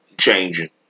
changing